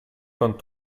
con